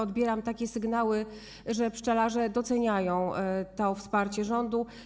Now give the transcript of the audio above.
Odbieram takie sygnały, że pszczelarze doceniają to wsparcie rządu.